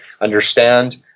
understand